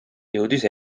jõudis